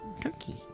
turkey